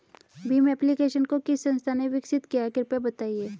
Bhim application को किस संस्था ने विकसित किया है कृपया बताइए?